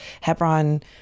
Hebron